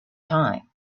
time